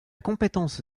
compétence